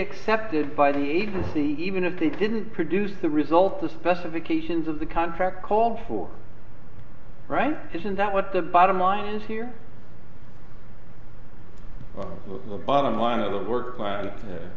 accepted by the agency even if they didn't produce the result the specifications of the contract called for right isn't that what the bottom line is here the bottom line of the work